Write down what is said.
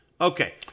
Okay